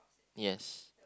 yes